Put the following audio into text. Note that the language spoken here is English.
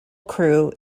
crew